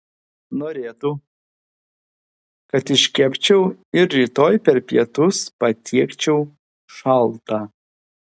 norėtų kad iškepčiau ir rytoj per pietus patiekčiau šaltą